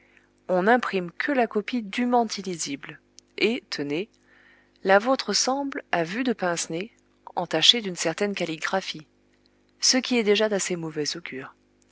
on n'imprime que la copie dûment illisible et tenez la vôtre semble à vue de pince nez entachée d'une certaine calligraphie ce qui est déjà d'assez mauvais augure